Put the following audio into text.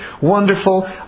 Wonderful